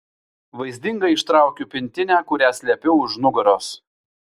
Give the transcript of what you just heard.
vaizdingai ištraukiu pintinę kurią slėpiau už nugaros